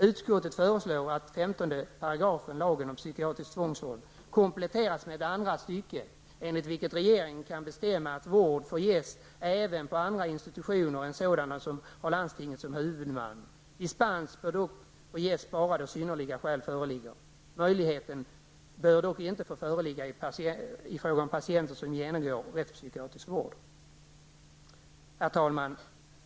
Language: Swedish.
Utskottet föreslår att 15 § lagen om psykiatrisk tvångsvård kompletteras med ett andra stycke enligt vilket regeringen kan bestämma att vård får ges även på andra institutioner än sådana som har landstinget som huvudman. Dispens bör dock få ges bara då synnerliga skäl föreligger. Möjligheten bör dock inte få föreligga i fråga om patienter som genomgår rättspsykiatrisk vård. Herr talman!